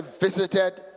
visited